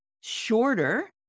shorter